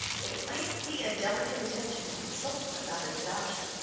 it might be a delicate attention to consult him about its adoption.